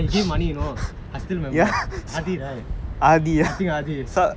he give money you know I still remember aathi right I think aathi